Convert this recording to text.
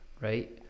right